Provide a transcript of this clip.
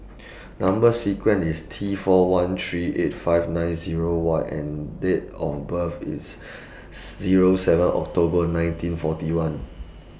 Number sequence IS T four one three eight five nine Zero Y and Date of birth IS Zero seven October nineteen forty one